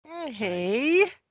Hey